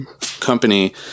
company